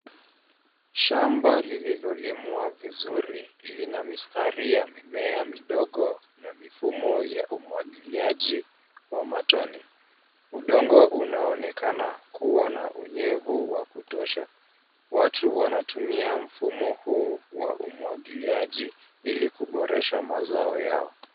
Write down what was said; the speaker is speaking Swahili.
shamba lililolimwa vizuri lina mistari ya mimea midogo na mifumo ya umwagiliaji wa matone, udongo unaonekana kuwa na unyevu wa kutosha. watu wanatumia mfumo huu wa umwagiliaji ili kuboresha mazao yao.